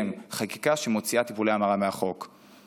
חקיקה שמוציאה טיפולי המרה מחוץ לחוק.